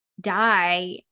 die